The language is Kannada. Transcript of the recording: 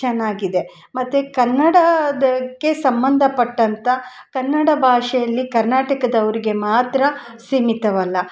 ಚೆನ್ನಾಗಿದೆ ಮತ್ತು ಕನ್ನಡದಕ್ಕೆ ಸಂಬಂದಪಟ್ಟಂಥ ಕನ್ನಡ ಭಾಷೆಯಲ್ಲಿ ಕರ್ನಾಟಕದವ್ರಿಗೆ ಮಾತ್ರ ಸೀಮಿತವಲ್ಲ